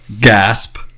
Gasp